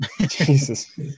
Jesus